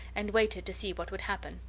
and waited to see what would happen.